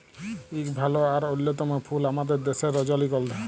ইক ভাল আর অল্যতম ফুল আমাদের দ্যাশের রজলিগল্ধা